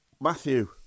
Matthew